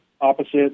opposite